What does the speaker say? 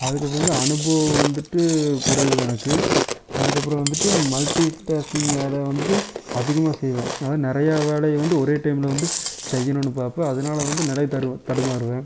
அதற்கப்பறம் வந்து அனுபவம் வந்துவிட்டு குறைவு தான் எனக்கு அதற்கப்பறம் வந்துவிட்டு மல்டி டாஸ்கிங் வேலையை வந்து அதிகமாக செய்வேன் அதாவது நிறையா வேலையை வந்து ஒரே டைம்மில் வந்து செய்யணுன்னு பார்ப்பேன் அதனால வந்து நிலை தடு தடுமாறுவேன்